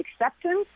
acceptance